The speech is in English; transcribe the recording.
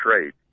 trade